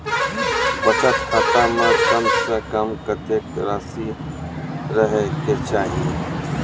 बचत खाता म कम से कम कत्तेक रासि रहे के चाहि?